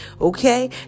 Okay